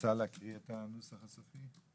רוצה להקריא את הנוסח הסופי?